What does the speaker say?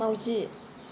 माउजि